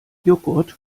joghurt